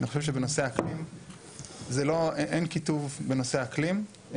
אני חושב שבנושא האקלים אין קיטוב בנושא האקלים,